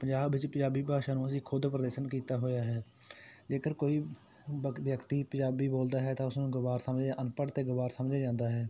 ਪੰਜਾਬ ਵਿੱਚ ਪੰਜਾਬੀ ਭਾਸ਼ਾ ਨੂੰ ਅਸੀਂ ਖੁਦ ਪ੍ਰਦਰਸ਼ਨ ਕੀਤਾ ਹੋਇਆ ਹੈ ਜੇਕਰ ਕੋਈ ਬਾ ਵਿਅਕਤੀ ਪੰਜਾਬੀ ਬੋਲਦਾ ਹੈ ਤਾਂ ਉਸਨੂੰ ਗਵਾਰ ਸਮਝਦੇ ਅਨਪੜ੍ਹ ਅਤੇ ਗਵਾਰ ਸਮਝਿਆ ਜਾਂਦਾ ਹੈ